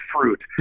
fruit